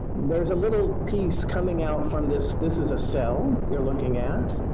there's a little piece coming out from this this is a cell you're looking at.